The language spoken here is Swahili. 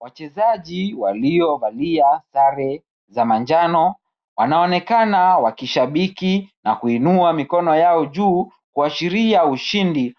Wachezaji waliovalia sare za manjano, wanaonekana wakishabiki na kuinua mikono yao juu huku kuashiria ushindi